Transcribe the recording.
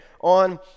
on